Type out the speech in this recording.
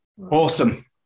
awesome